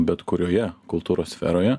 bet kurioje kultūros sferoje